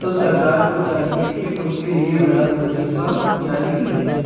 تو سرکار کو چاہیے کہ ان کے لیے وظیفہ جاری کریں